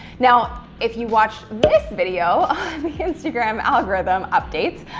now if you watch this video, the instagram algorithm updates,